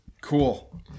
Cool